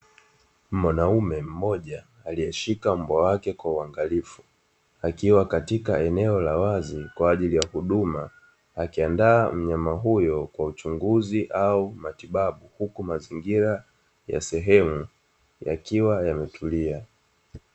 Mwanaume mmoja aliyeshika mbwa wake kwa uangalifu akiwa katika eneo la wazi kwa ajili ya huduma, akiandaa mnyama huyo kwa uchunguzi au matibabu huku mazingira ya sehemu yakiwa yametulia.